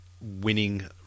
winning